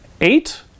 Eight